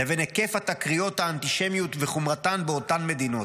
לבין היקף התקריות האנטישמיות וחומרתן באותן מדינות.